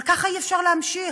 אבל ככה אי-אפשר להמשיך.